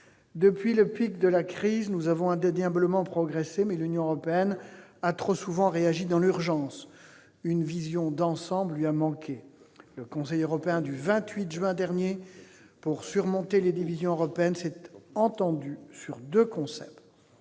Depuis le pic de la crise, nous avons indéniablement progressé, mais l'Union européenne a trop souvent réagi dans l'urgence. Une vision d'ensemble lui a manqué. Le Conseil européen du 28 juin dernier, pour surmonter les divisions européennes, s'est entendu sur deux concepts